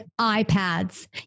iPads